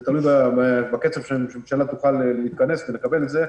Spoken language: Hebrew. זה תלוי בקצב שהממשלה תוכל להתכנס ולקבל את זה.